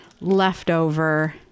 leftover